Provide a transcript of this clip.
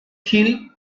gil